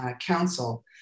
council